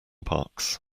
parks